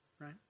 right